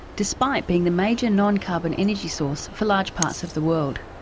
despite being the major non-carbon energy source for large parts of the world.